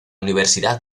universidad